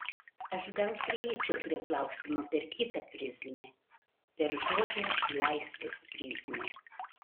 aš gal prieičiau prie klausimo per kitą prizmę per žodžio laisvės prizmę